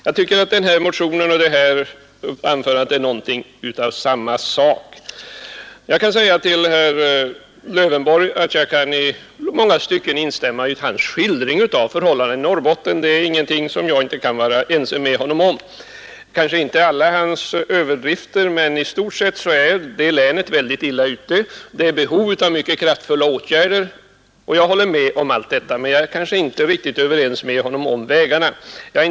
Jag tycker att den motion som vi nu behandlar och de anföranden som här hållits är något i samma stil. I många stycken kan jag instämma i herr Lövenborgs skildring av förhållandena i Norrbotten. Det finns egentligen ingenting som jag inte kan vara ense med honom om i det fallet. Jag kan inte instämma i alla hans överdrifter, men i stort sett håller jag med om att det länet är mycket illa ute, och man har där behov av en del kraftfulla åtgärder. Allt detta håller jag med om. Men jag är inte helt överens med herr Lövenborg om de vägar vi bör gå.